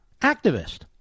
activist